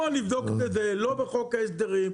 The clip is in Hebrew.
בוא נבדוק את זה לא בחוק ההסדרים,